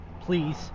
Please